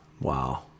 Wow